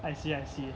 I see I see